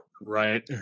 Right